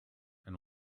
and